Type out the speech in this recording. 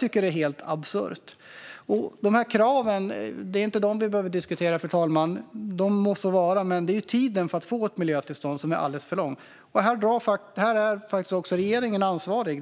vilket är helt absurt. Vi behöver inte diskutera kraven; de är vad de är. Men det tar alldeles för lång tid att få ett miljötillstånd. Här är regeringen ansvarig.